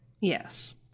Yes